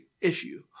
issue